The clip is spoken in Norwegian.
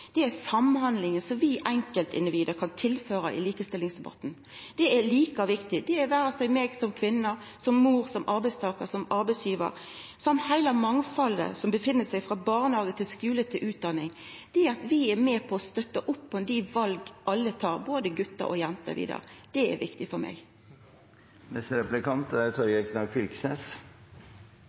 oss, er samhandlinga som vi som enkeltindivid kan tilføra i likestillingsdebatten, og det er like viktig for meg som kvinne, som mor, som arbeidstakar, som arbeidsgivar, som heile mangfaldet frå barnehage, til skule, til utdanning. Det at vi er med på å støtta opp om dei vala alle tar, både gutar og jenter, vidare, er viktig for